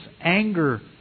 anger